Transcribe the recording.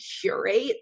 curate